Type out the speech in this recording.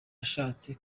ashatse